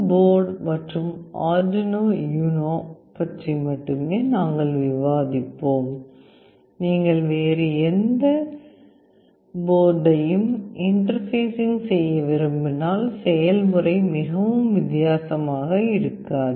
board மற்றும் Arduino UNO பற்றி மட்டுமே நாங்கள் விவாதிப்போம் நீங்கள் வேறு எந்த போர்டையும் இன்டர்பேஸிங் செய்ய விரும்பினால் செயல்முறை மிகவும் வித்தியாசமாக இருக்காது